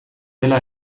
dela